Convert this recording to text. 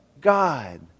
God